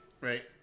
Right